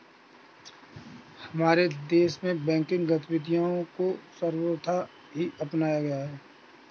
हमारे देश में बैंकिंग गतिविधियां को सर्वथा ही अपनाया गया है